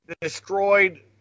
Destroyed